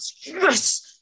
yes